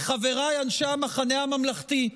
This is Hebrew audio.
לחבריי, אנשי המחנה הממלכתי,